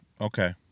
Okay